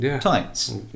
tights